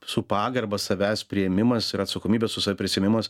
su pagarba savęs priėmimas ir atsakomybės prisiėmimas